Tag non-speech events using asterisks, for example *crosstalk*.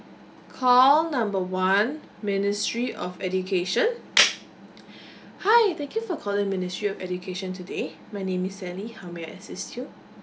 call number one ministry of education *breath* hi thank you for calling ministry of education today my name is sally how may I assist you